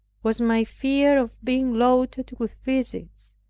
was my fear of being loaded with visits,